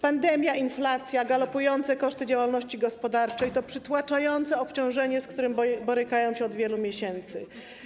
Pandemia, inflacja, galopujące koszty działalności gospodarczej są przytłaczającym obciążeniem, z jakim ludzie borykają się od wielu miesięcy.